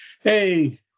Hey